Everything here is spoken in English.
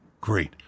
great